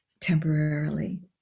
temporarily